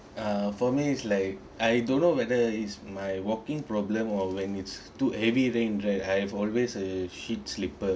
ah for me is like I don't know whether is my walking problem or when it's too heavy rain right I have always a heat slipper